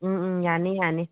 ꯑꯪ ꯑꯪ ꯌꯥꯅꯤ ꯌꯥꯅꯤ